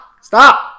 stop